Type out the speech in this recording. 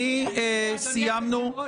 סיימנו.